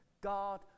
God